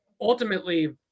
ultimately